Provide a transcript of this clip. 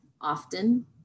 often